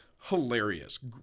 hilarious